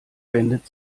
wendet